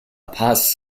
paz